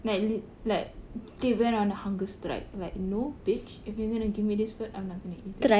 like li~ like they went on a hunger strike like no bitch if you're going to give me this food I'm not going to eat it